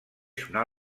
sonar